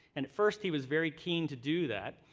and first he was very keen to do that.